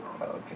Okay